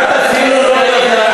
הרי את אפילו לא יודעת,